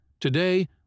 Today